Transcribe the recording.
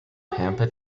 pampa